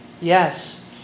Yes